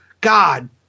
God